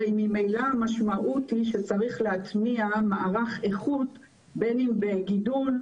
הרי ממילא המשמעות היא שצריך להטמיע מערך איכות בין אם בגידול,